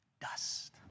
dust